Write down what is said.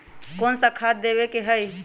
कोन सा खाद देवे के हई?